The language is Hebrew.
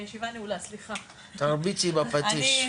הישיבה ננעלה בשעה 11:50.